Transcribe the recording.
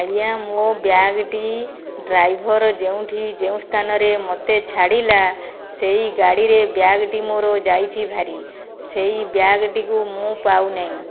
ଆଜ୍ଞା ମୋ ବ୍ୟାଗ୍ଟି ଡ୍ରାଇଭର୍ ଯେଉଁଠି ଯେଉଁ ସ୍ଥାନରେ ମୋତେ ଛାଡ଼ିଲା ସେଇ ଗାଡ଼ିରେ ବ୍ୟାଗ୍ଟି ମୋର ଯାଇଛି ଭାରି ସେଇ ବ୍ୟାଗ୍ଟିକୁ ମୁଁ ପାଉନାଇ